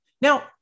Now